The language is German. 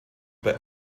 bei